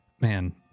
man